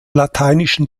lateinischen